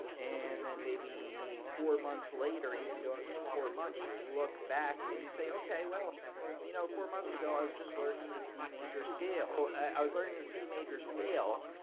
and then maybe four months later, you've been doin' it for four months. you look back and you say okay, well you know four months ago, i was just learning the c major scale. i was learning the c major scale,